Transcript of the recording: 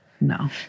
No